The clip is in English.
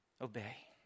obey